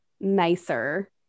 nicer